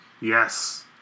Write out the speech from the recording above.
Yes